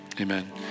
Amen